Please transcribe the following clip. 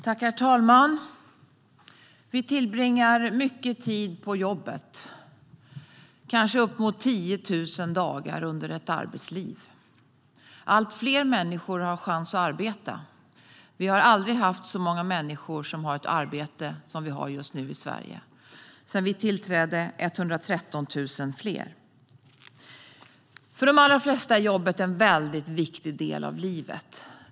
Herr talman! Vi tillbringar mycket tid på jobbet - kanske uppemot tio tusen dagar under ett arbetsliv. Allt fler människor har chans att arbeta; det har aldrig varit så många människor i Sverige som har ett arbete som just nu. Sedan vi tillträdde är de 113 000 fler. För de allra flesta är jobbet en väldigt viktig del av livet.